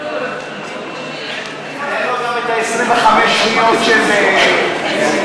תן לו גם את 25 השניות של נסים